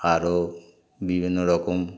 আরও বিভিন্ন রকম